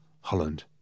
Holland